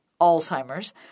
Alzheimer's